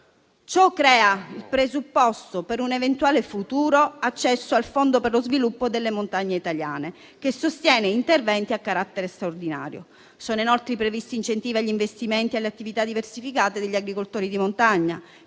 Ciò crea il presupposto per un eventuale futuro accesso al Fondo per lo sviluppo delle montagne italiane, che sostiene interventi a carattere straordinario. Sono inoltre previsti incentivi agli investimenti e alle attività diversificate degli agricoltori di montagna.